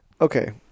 Okay